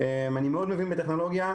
אני מאוד מבין בטכנולוגיה,